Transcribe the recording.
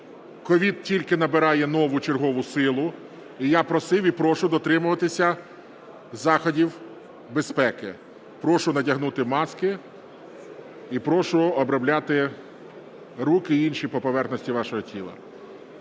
COVID тільки набирає нову чергову силу. І я просив, і прошу дотримуватись заходів безпеки: прошу надягнути маски і прошу обробляти руки і інші поверхні вашого тіла.